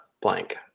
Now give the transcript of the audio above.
blank